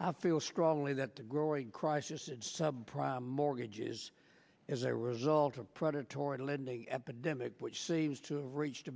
i feel strongly that the growing crisis sub prime mortgages as a result of predatory lending epidemic which seems to reached